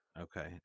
Okay